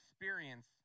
experience